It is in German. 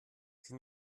sie